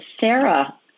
Sarah